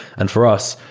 and for us,